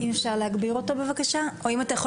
קודם כל, הדיון הזה חשוב, אבל אני שומע